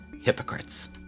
hypocrites